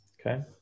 okay